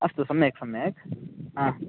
अस्तु सम्यक् सम्यक् आम्